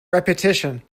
repetition